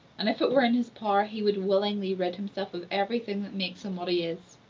and, if it were in his power, he would willingly rid himself of everything that makes him what he is.